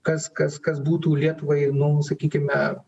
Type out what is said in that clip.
kas kas kas būtų lietuvai nu sakykime